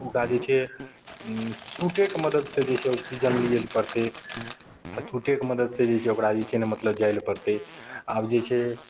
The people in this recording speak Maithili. ओकरा जे छै सूटेके मदतिसँ जे छै ऑक्सीजन लिय पड़तय आओर सुटेके मदतिसँ जे छै ओकरा जे छै ने मतलब जाय लए पड़तय आब जे छै